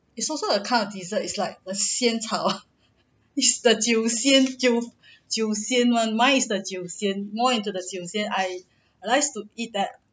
it's also a kind of dessert is like the 仙草 ah is the 酒酒仙酒仙 one mine is the 酒仙 more into the 酒仙 I likes to eat that